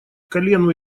колену